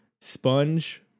Sponge